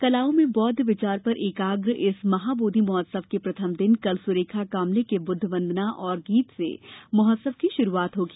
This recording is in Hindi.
कलाओं में बौद्ध विचार पर एकाग्र इस महाबोधि महोत्सव के प्रथम दिन कल सुरेखा कामले की बुद्ध वंदना और गीत से महोत्सव की शुरुआत होगी